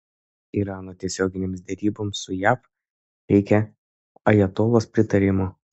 irano tiesioginėms deryboms su jav reikia ajatolos pritarimo